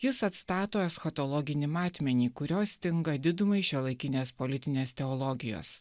jis atstato eschatologinį matmenį kurio stinga didumai šiuolaikinės politinės teologijos